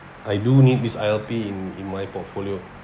I do need this I_L_P in in my portfolio